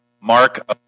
mark